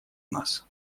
нас